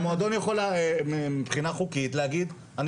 מועדון גם יכול מבחינה חוקית להגיד שהוא